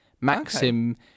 Maxim